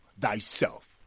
thyself